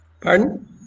Pardon